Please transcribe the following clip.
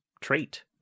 trait